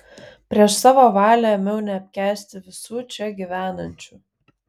prieš savo valią ėmiau neapkęsti visų čia gyvenančių